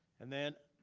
and then,